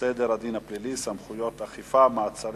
סדר הדין הפלילי (סמכויות אכיפה, מעצרים)